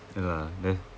ya lah then